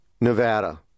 Nevada